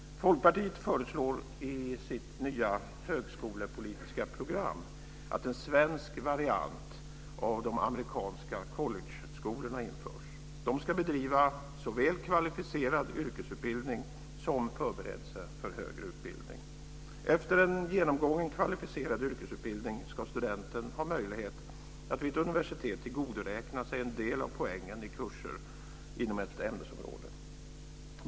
Folkpartiet föreslår i sitt nya högskolepolitiska program att en svensk variant av de amerikanska collegeskolorna införs. De ska bedriva såväl kvalificerad yrkesutbildning som förberedelser för högre utbildning. Efter en genomgången kvalificerad yrkesutbildning ska studenten ha möjlighet att vid ett universitet tillgodoräkna sig en del av poängen i kurser inom ett ämnesområde.